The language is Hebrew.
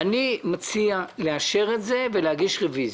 תשקלו את הצעתי: אני מציע לאשר את זה ולהגיש רביזיה.